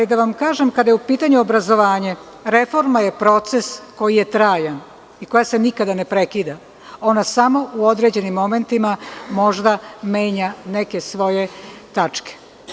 Da vam kažem, kada je upitanju obrazovanje, reforma je proces koji je trajan, koji se nikada ne prekida, ona samo u određenim momentima možda menja neke svoje tačke.